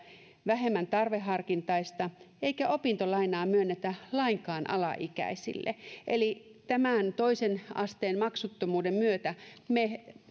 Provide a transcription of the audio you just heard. vähemmän tarveharkintaista eikä opintolainaa myönnetä lainkaan alaikäisille eli tämän toisen asteen maksuttomuuden myötä me